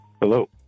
Hello